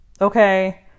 Okay